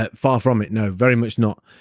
ah far from it, no. very much not.